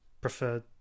preferred